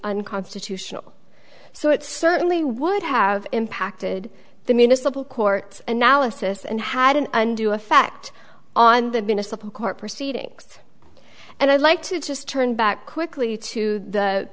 unconstitutional so it certainly would have impacted the municipal court analysis and had an undue effect on that been a supreme court proceedings and i'd like to just turn back quickly to the